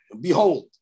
behold